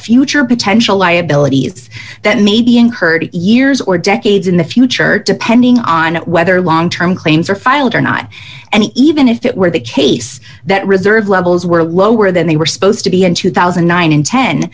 future potential liabilities that may be incurred years or decades in the future depending on whether long term claims are filed or not and even if it were the case that reserve levels were lower than they were supposed to be in two thousand and nine and ten